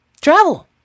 travel